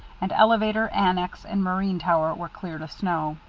and elevator, annex and marine tower were cleared of snow.